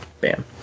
Bam